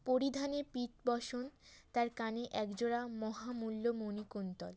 পরিধানে পীত বসন তার কানে এক জোড়া মহামূল্য মণি কুন্তল